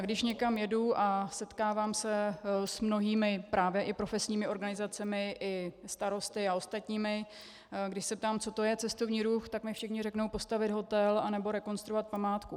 Když někam jedu a setkávám se s mnohými právě i profesními organizacemi i starosty a ostatními, když se ptám, co to je cestovní ruch, tak mi všichni řeknou: postavit hotel nebo rekonstruovat památku.